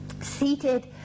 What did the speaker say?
Seated